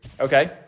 okay